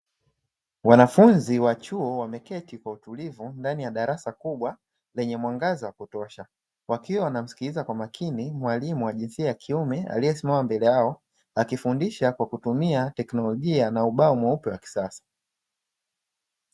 Wanafunzi wa chuo wameketi kwa utulivu ndani ya darasa kubwa lenye mwangaza wa kutosha, wakiwa wanamsikiliza kwa makini mwalimu wa jinsia ya kiume aliyesimama mbele yao akifundisha kwa kutumia teknolojia na ubao mweupe wa kisasa.